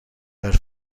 per